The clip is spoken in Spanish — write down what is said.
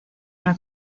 una